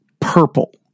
purple